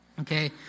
Okay